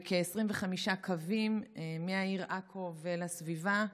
וכ-25 קווים מהעיר עכו לסביבה,